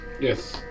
Yes